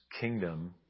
kingdom